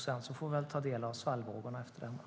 Sedan får vi väl ta del av svallvågorna i efterhand.